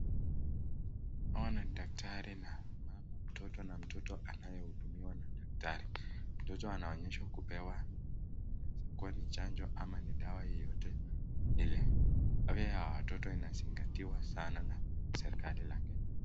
Hawa ni daktari na mama, mtoto na mtoto anayehudumiwa na daktari, mtoto anaonyeshwa kupewa inaweza kuwa ni chanjo ama ni dawa yeyote yenye afya ya watoto inazingatiwa sana na serikali la Kenya.